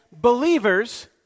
believers